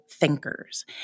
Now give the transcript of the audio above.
thinkers